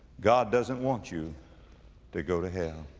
god doesn't want you to go to hell.